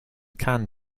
can